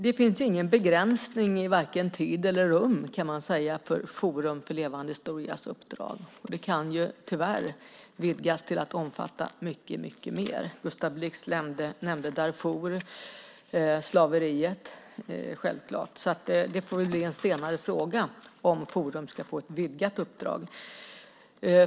Det finns ingen begränsning i vare sig tid eller rum för Forum för levande historias uppdrag. Det kan tyvärr vidgas till att omfatta mycket, mycket mer. Gustav Blix nämnde Darfur och slaveriet. Det får bli en senare fråga om Forum ska få ett vidgat uppdrag.